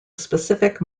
specific